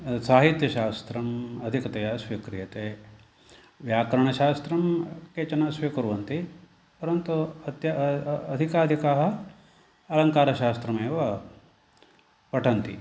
साहित्यशास्त्रम् अधिकतया स्वीक्रियते व्यकरणशास्त्रं केचन स्वीकुर्वन्ति परन्तु अत्य अधिकाधिकाः अलङ्कारशास्त्रमेव पठन्ति